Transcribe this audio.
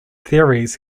theories